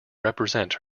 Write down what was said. represent